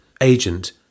Agent